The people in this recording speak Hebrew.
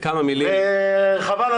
חבל,